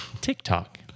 TikTok